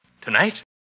Tonight